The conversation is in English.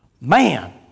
Man